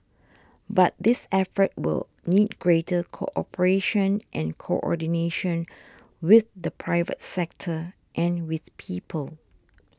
but this effort will need greater cooperation and coordination with the private sector and with people